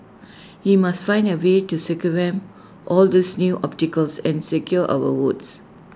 we must find A way to circumvent all these new obstacles and secure our votes